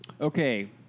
Okay